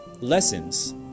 lessons